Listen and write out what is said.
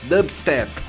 Dubstep